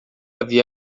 havia